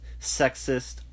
sexist